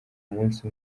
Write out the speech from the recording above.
umunsi